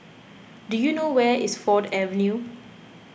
do you know where is Ford Avenue